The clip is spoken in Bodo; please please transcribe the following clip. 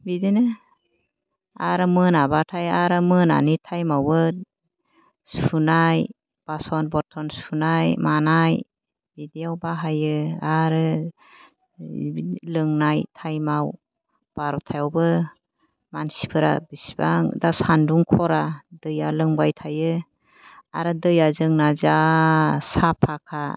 बिदिनो आरो मोनाबाथाय आरो मोनानि थाइमावबो सुनाय बासन बरथन सुनाय मानाय बिदियाव बाहायो आरो लोंनाय थाइमाव बार'थायावबो मानसिफोरा बिसिबां दा सान्दुं खरा दैया लोंबाय थायो आरो दैया जोंना जा साफाखा